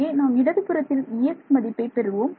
இங்கே நாம் இடதுபுறத்தில் Ex மதிப்பை அறிவோம்